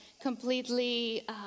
completely